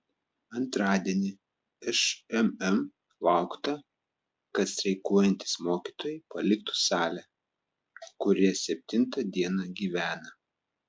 antradienį šmm laukta kad streikuojantys mokytojai paliktų salę kurioje septinta diena gyvena